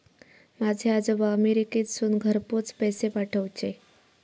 माझे आजोबा अमेरिकेतसून घरपोच पैसे पाठवूचे